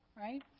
right